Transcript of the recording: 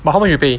but how you pay